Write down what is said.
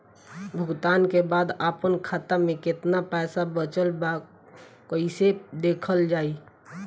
भुगतान के बाद आपन खाता में केतना पैसा बचल ब कइसे देखल जाइ?